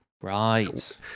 Right